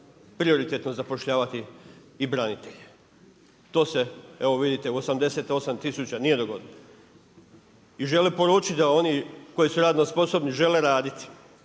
prioritetno zapošljavati i branitelje. To se evo vidite u 88 tisuća nije dogodilo. I žele poručiti da oni koji su radno sposobni žele raditi,